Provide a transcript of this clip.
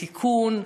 בתיקון,